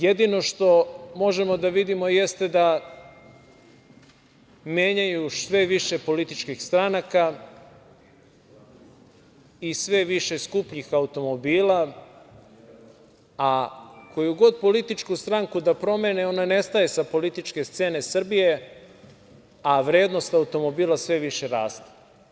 Jedino što možemo da vidimo jeste da menjaju sve više političkih stranaka i sve više skupljih automobila, a koju god političku stranku da promene, ona nestaje sa političke scene Srbije, a vrednost automobila sve više raste.